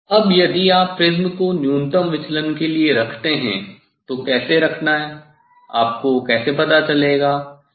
अब यदि आप प्रिज्म को न्यूनतम विचलन के लिए रखते हैं तो कैसे रखना है आपको कैसे पता चलेगा